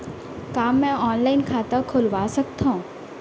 का मैं ऑनलाइन खाता खोलवा सकथव?